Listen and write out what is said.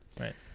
Right